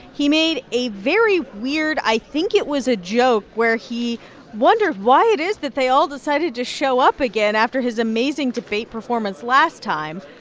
he made a very weird i think it was a joke, where he wondered why it is that they all decided to show up again after his amazing debate performance last time.